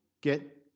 get